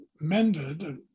mended